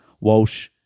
Walsh